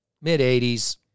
mid-80s